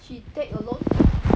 she take alone